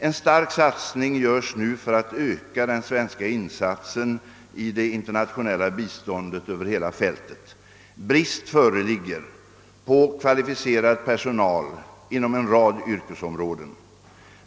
En stark satsning görs nu för att öka den svenska insatsen i det internationella biståndet över hela fältet. Brist föreligger på kvalificerad personal inom en rad yrkesområden.